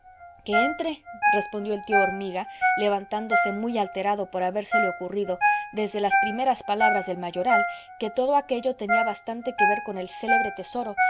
que entre respondió el tío hormiga levantándose muy alterado por habérsele ocurrido desde las primeras palabras del mayoral que todo aquello tenía bastante que ver con el célebre tesoro